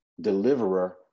deliverer